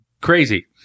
crazy